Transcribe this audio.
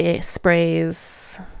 sprays